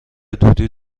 دودی